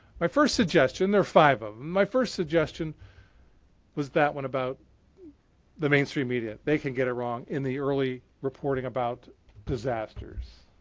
my first suggestion there are five of them. my first suggestion was that one about the mainstream media. they can get it wrong in the early reporting about disasters.